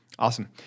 Awesome